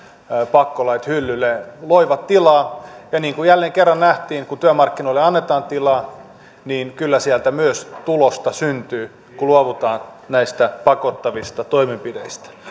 pakkolait hyllylle loi tilaa ja niin kuin jälleen kerran nähtiin kun työmarkkinoille annetaan tilaa niin kyllä sieltä myös tulosta syntyy kun luovutaan näistä pakottavista toimenpiteistä